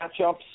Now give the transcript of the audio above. matchups